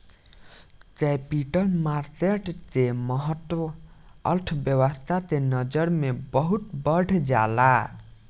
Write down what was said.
capital market के महत्त्व अर्थव्यस्था के नजर से बहुत बढ़ जाला